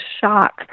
shock